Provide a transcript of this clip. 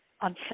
on